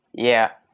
yeah,